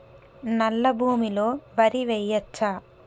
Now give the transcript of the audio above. నల్లా భూమి లో వరి వేయచ్చా?